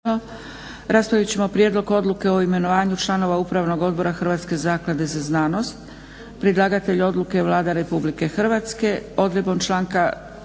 Raspravit ćemo - Prijedlog odluke o imenovanju članova upravnog odbora Hrvatske zaklade za znanost Predlagatelj odluke je Vlada RH. Odredbom članka 5.